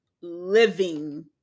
living